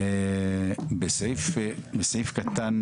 בסעיף קטן